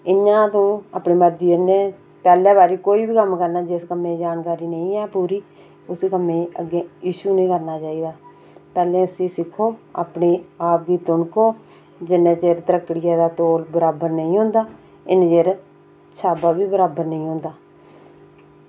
इंया ते अपनी मर्ज़ी कन्नै पैह्ले बारी कोई बी कम्म करना जिस कम्में ई जानकारी निं ऐ पूरी उसी कम्में ई अग्गें इश्यू निं करना चाहिदा पैह्लें उसी सिक्खो ते अपने आप गी तुनको जिन्ने चिर त्रकड़ियै दा तोल बराबर नेईं होंदा इन्ने चिर छाबा बी बराबर नेईं होंदा